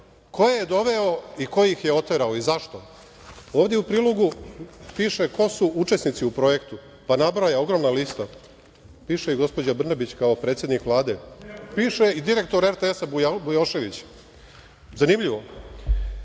ju je doveo i ko ih je oterao i zašto? Ovde u prilogu piše ko su učesnici u projektu, pa nabraja, ogromna lista. Piše i gospođa Brnabić, kao predsednik Vlade, piše i direktor RTS, Bujošević. Zanimljivo. To